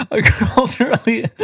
culturally